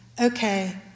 Okay